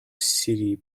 city